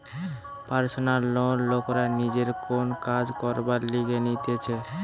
personal loan লোকরা নিজের কোন কাজ করবার লিগে নিতেছে